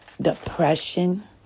depression